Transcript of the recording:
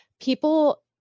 people